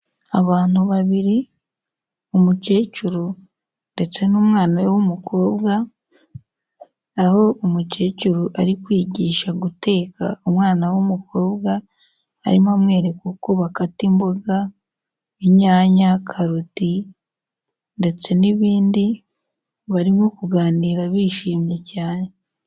Abantu babiri, umukecuru ndetse n'umwana w'umukobwa, aho umukecuru ari kwigisha guteka umwana w'umukobwa, arimo amwereka uko bakata imbuga, inyanya, karoti ndetse n'ibindi, barimo kuganira bishimye cyane.